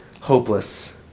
hopeless